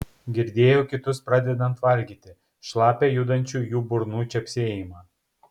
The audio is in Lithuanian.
girdėjo kitus pradedant valgyti šlapią judančių jų burnų čepsėjimą